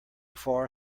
far